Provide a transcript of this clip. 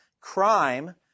crime